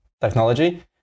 technology